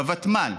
ותמ"ל,